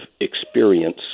experience